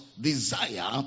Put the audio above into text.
desire